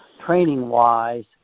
training-wise